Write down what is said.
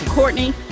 Courtney